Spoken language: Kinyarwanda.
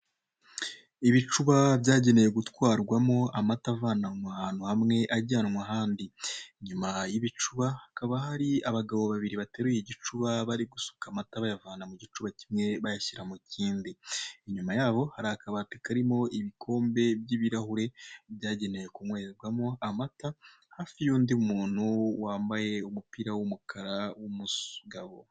ibicu byagenewe gutwaramo amata avanankwa ahantu hamwe ajyanwa ahandi inyuma y'ibicuba hakaba hari abagabo babiri bateruye igicuba bari gusuka amata bayavana mu gicuba kimwe bayashyira mu kindi inyuma yabo hari akabati karimo ibikombe by'ibirahure byagenewe kunkwererwamo amata hafi yundi muntu wambaye umupira w'umukara w'umugabo.